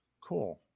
cool